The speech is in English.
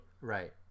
Right